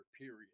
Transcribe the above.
period